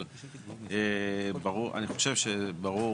אבל אני חושב שברור